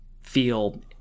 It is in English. feel